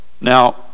Now